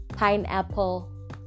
pineapple